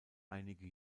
einige